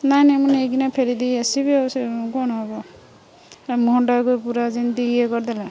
ନାଇଁ ନାଇଁ ମୁଁ ନେଇକିନା ଫେରେଇଦେଇ ଆସିବି ଆଉ କ'ଣ ହେବ ମୁହଁଟାଯାକ ପୁରା ଯେମିତି ଇଏ କରିଦେଲା